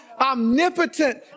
omnipotent